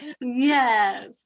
Yes